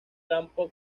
campo